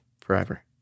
forever